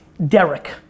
Derek